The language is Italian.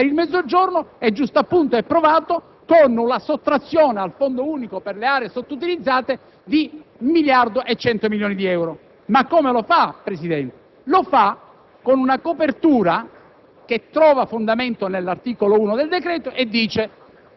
interesse, quella sbandierata attenzione che il Governo dice di avere per il Mezzogiorno giustappunto è provato con la sottrazione al Fondo per le aree sottoutilizzate di 1.100 milioni di euro. Come lo fa, signor Presidente? Con una copertura